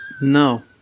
No